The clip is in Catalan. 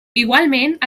igualment